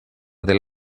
del